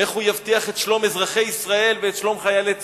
איך הוא יבטיח את שלום אזרחי ישראל ואת שלום חיילי צה"ל.